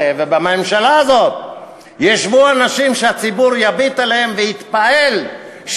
ובממשלה הזאת ישבו אנשים שהציבור יביט עליהם ויתפעל,